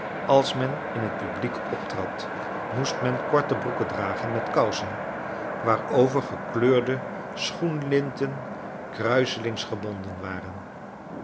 als men in het publiek optrad moest men korte broeken dragen met kousen waarover gekleurde schoenlinten kruiselings gebonden waren